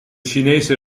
chinese